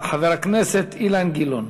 חבר הכנסת אילן גילאון.